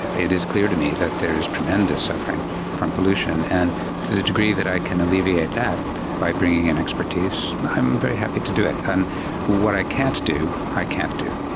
it is clear to me that there is tremendous suffering from pollution, and to the degree that i can alleviate that by bringing in expertise, i'm very happy to do it. and what i can't do, i can't do.